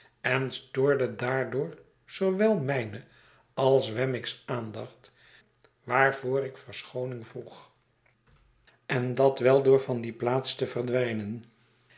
en stoorde daardoor zoowel mijne als wemmick's aandacht waarvoor ik verschooning verzocht en dat wel door van die plaats te verdwijnen